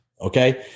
Okay